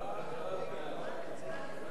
נא להצביע.